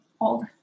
old